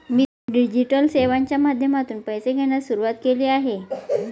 मी digital सेवांच्या माध्यमातून पैसे घेण्यास सुरुवात केली आहे